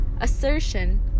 assertion